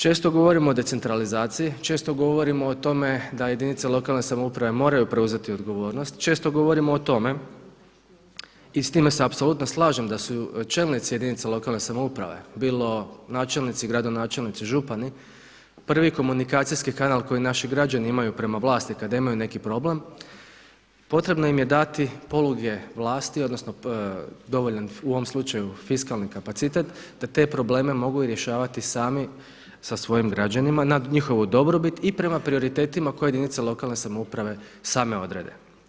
Često govorimo o decentralizaciji, često govorimo o tome da jedinice lokalne samouprave moraju preuzeti odgovornost, često govorimo o tome i s time se apsolutno slažem da su članici jedinica lokalne samouprave bilo načelnici, gradonačelnici, župani prvi komunikacijski kanal koji naši građani imaju prema vlasti kada imaju neki problem potrebno im je dati poluge vlasti odnosno dovoljan fiskalni kapacitet da te probleme mogu i rješavati sami sa svojim građanima na njihovu dobrobit i prema prioritetima koje jedinice lokalne samouprave same odrede.